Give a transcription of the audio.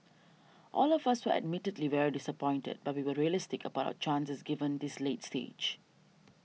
all of us were admittedly very disappointed but we were realistic about our chances given this late stage